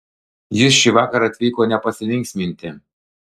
jis šįvakar atvyko ne pasilinksminti